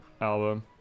album